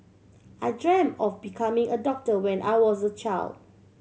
I dreamt of becoming a doctor when I was a child